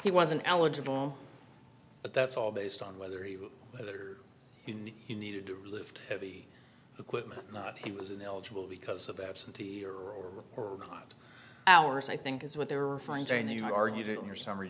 he wasn't eligible but that's all based on whether he would rather he needed to lift heavy equipment or not he was ineligible because of absentee or or not hours i think is what they were fine dining you argue to your summary